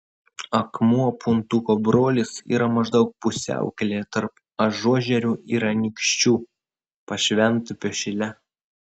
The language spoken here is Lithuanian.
akmuo puntuko brolis yra maždaug pusiaukelėje tarp ažuožerių ir anykščių pašventupio šile